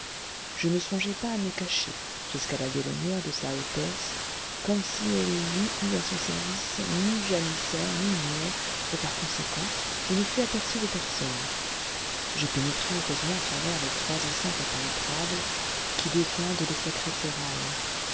je ne songeais pas à me cacher j'escaladai les murs de sa hautesse comme si elle n'eût eu à son service ni janissaires ni muets et par conséquent je ne fus aperçu de personne je pénétrai heureusement à travers les trois enceintes impénétrables qui défendent le sacré sérail